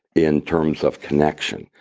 in terms of connection.